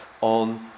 ...on